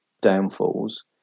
downfalls